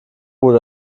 wurde